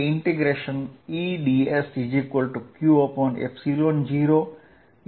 dsQ0 Er